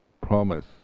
promise